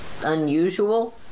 unusual